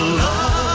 love